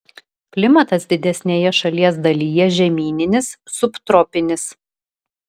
klimatas didesnėje šalies dalyje žemyninis subtropinis